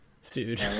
sued